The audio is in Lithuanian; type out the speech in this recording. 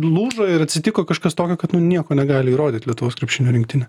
lūžo ir atsitiko kažkas tokio kad nu nieko negali įrodyt lietuvos krepšinio rinktinė